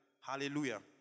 Hallelujah